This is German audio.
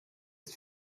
ist